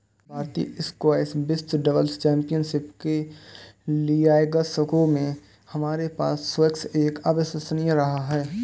भारतीय स्क्वैश विश्व doubles championship के लिएग्लासगो में हमारे पास स्क्वैश एक अविश्वसनीय रहा है